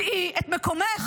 דעי את מקומך.